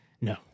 No